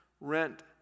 rent